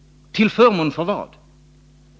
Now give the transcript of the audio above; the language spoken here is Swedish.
Till förmån för vad?